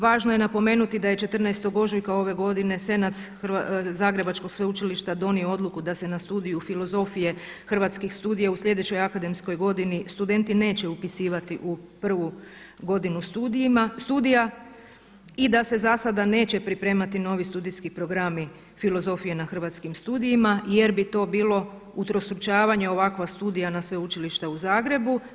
Važno je napomenuti da je 14. ožujka ove godine Senat Zagrebačkog sveučilišta donio odluku da se na Studiju filozofije Hrvatskih studija u sljedećoj akademskoj godini studenti neće upisivati u prvu godinu studija i da se za sada neće pripremati novi studijski programi filozofije na Hrvatskim studijima jer bi to bilo utrostručavanje ovakva studija na Sveučilišta u Zagrebu.